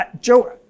Joe